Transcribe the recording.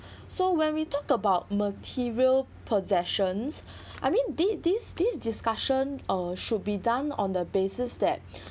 lah so when we talk about material possessions I mean this this this discussion uh should be done on the basis that